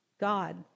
God